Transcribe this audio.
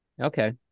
Okay